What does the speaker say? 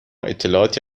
اطلاعاتی